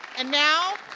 and now,